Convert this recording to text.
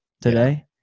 today